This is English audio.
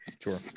Sure